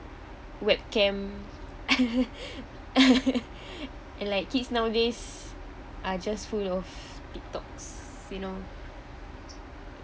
webcam and like kids nowadays are just full of tiktoks you know